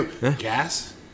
Gas